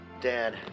Dad